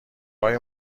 های